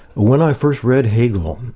when i first read hegel,